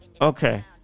Okay